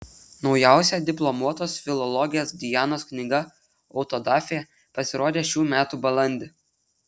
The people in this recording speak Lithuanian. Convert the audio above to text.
naujausia diplomuotos filologės dianos knyga autodafė pasirodė šių metų balandį